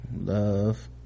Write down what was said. love